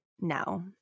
No